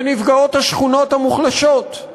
ונפגעות השכונות המוחלשות,